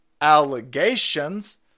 allegations